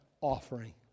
offering